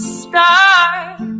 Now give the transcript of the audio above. start